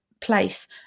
place